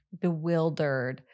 bewildered